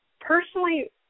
Personally